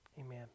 Amen